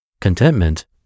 Contentment